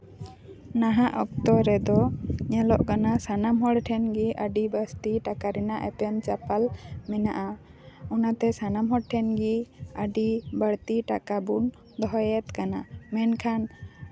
ᱱᱟᱦᱟᱜ ᱚᱠᱛᱚ ᱨᱮᱫᱚ ᱧᱮᱞᱚᱜ ᱠᱟᱱᱟ ᱥᱟᱱᱟᱢ ᱦᱚᱲ ᱴᱷᱮᱱ ᱜᱮ ᱟᱹᱰᱤ ᱡᱟᱹᱥᱛᱤ ᱴᱟᱠᱟ ᱨᱮᱱᱟᱜ ᱮᱯᱮᱢ ᱪᱟᱯᱟᱞ ᱢᱮᱱᱟᱜᱼᱟ ᱚᱱᱟᱛᱮ ᱥᱟᱱᱟᱢ ᱦᱚᱲ ᱴᱷᱮᱱᱜᱮ ᱟᱹᱰᱤ ᱵᱟᱹᱲᱛᱤ ᱴᱟᱠᱟ ᱵᱚᱱ ᱫᱚᱦᱚᱭᱮᱛ ᱠᱟᱱᱟ ᱢᱮᱱᱠᱷᱟᱱ